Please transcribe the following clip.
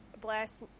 bless